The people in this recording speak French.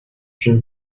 une